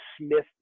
Smith